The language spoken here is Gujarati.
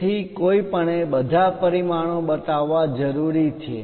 તેથી કોઈપણે બધા પરિમાણો બતાવવા જરૂરી છે